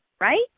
Right